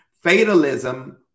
Fatalism